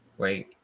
wait